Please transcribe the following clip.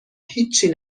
هیچی